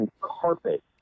carpet